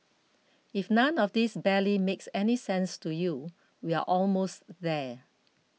if none of this barely makes any sense to you we're almost there